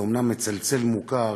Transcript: זה אומנם מצלצל מוכר,